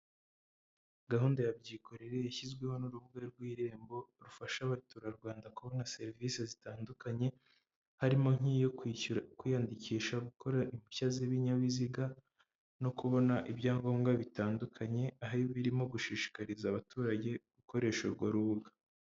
Gahunda ya byikorere yashyizweho n'urubuga rw'irembo, rufasha abaturarwanda kubona serivisi zitandukanye, harimo nk'iyo kwishyura, kwiyandikisha gukorera impushya z'ibinyabiziga, no kubona ibyangombwa bitandukanye, aho iba irimo gushishikariza abaturage gukoresha urwo rubuga.